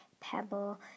pebble